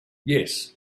yes